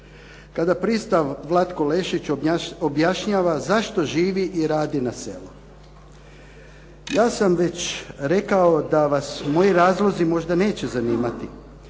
kada pristav Vlatko Lešić objašnjava zašto živi i radi na selu. "Ja sam već rekao da vas moji razlozi možda neće zanimati,